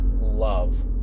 love